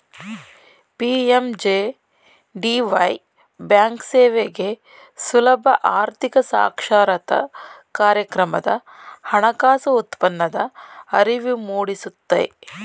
PMJDY ಬ್ಯಾಂಕ್ಸೇವೆಗೆ ಸುಲಭ ಆರ್ಥಿಕ ಸಾಕ್ಷರತಾ ಕಾರ್ಯಕ್ರಮದ ಹಣಕಾಸು ಉತ್ಪನ್ನದ ಅರಿವು ಮೂಡಿಸುತ್ತೆ